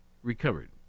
Recovered